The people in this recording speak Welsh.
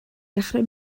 dechrau